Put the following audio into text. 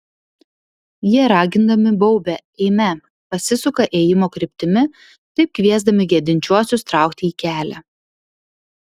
jie ragindami baubia eime pasisuka ėjimo kryptimi taip kviesdami gedinčiuosius traukti į kelią